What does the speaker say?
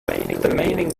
ingredients